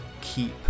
keep